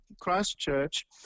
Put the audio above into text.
Christchurch